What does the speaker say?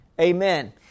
Amen